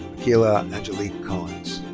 akilah angelique collins.